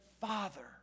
Father